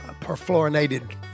perfluorinated